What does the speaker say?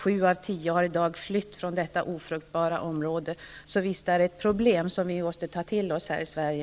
Sju av tio har i dag flytt från detta ofruktbara område. Visst är det här ett problem som vi måste ta till oss i Sverige.